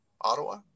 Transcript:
Ottawa